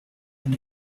and